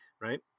right